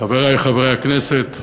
חברי חברי הכנסת,